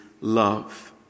love